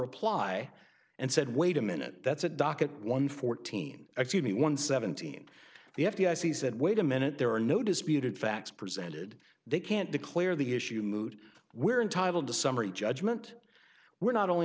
reply and said wait a minute that's a docket one fourteen excuse me one seventeen the f d i c said wait a minute there are no disputed facts presented they can't declare the issue moot we're entitled to summary judgment we're not only